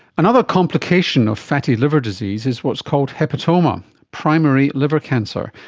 another complication of fatty liver disease is what's called hepatoma, primary liver cancer,